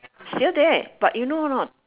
still there but you know or not